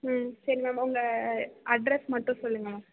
ம் சரி மேம் உங்கள் அட்ரெஸ் மட்டும் சொல்லுங்கள் மேம்